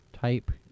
type